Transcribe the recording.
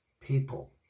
people